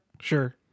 Sure